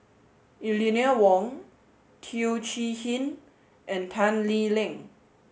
Eleanor Wong Teo Chee Hean and Tan Lee Leng